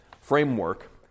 framework